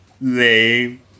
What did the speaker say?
Lame